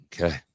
okay